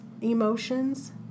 emotions